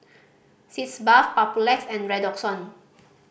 Sitz Bath Papulex and Redoxon